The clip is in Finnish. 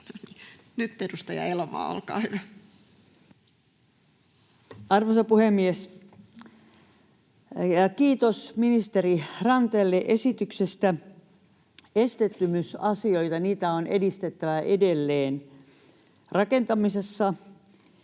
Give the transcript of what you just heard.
Nyt edustaja Elomaa, olkaa hyvä. Arvoisa puhemies! Kiitos ministeri Ranteelle esityksestä. Esteettömyysasioita on edistettävä rakentamisessa